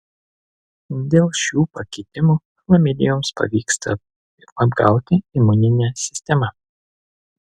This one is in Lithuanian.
dėl šių pakitimų chlamidijoms pavyksta apgauti imuninę sistemą